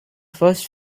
first